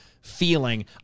feeling